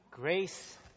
Grace